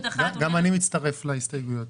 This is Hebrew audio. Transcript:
גם אני מצטרף להסתייגויות.